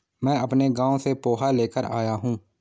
मैं अपने गांव से पोहा लेकर आया हूं